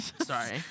sorry